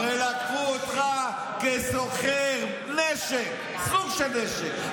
הרי לקחו אותך כסוחר נשק, סוג של נשק.